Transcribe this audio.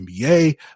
NBA